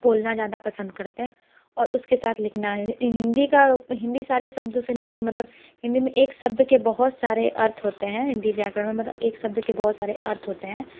बोलना ज़्यादा पसंद करते हैं और उसके साथ लिखना हिंदी का हिंदी सारे शब्दों से मिलके मतलब हिंदी में एक शब्द के बहुत सारे अर्थ होते हैं हिंदी व्याकरण में एक शब्द के बहुत सारे अर्थ होते हैं